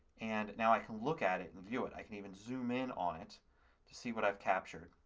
and now i can look at it and view it. i can even zoom in on it to see what i've captured.